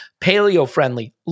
paleo-friendly